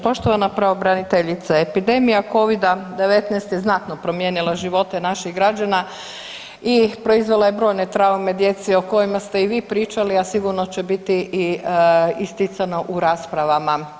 Poštovana pravobraniteljice, epidemija Covida-19 je znatno promijenila živote naših građana i proizvela je brojne traume djece o kojima ste i vi pričali, a sigurno će i biti isticano u raspravama.